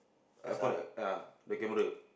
iPhone I ah the camera